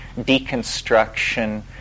deconstruction